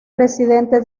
presidente